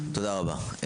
תודה רבה.